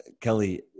kelly